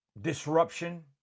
disruption